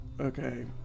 Okay